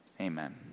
Amen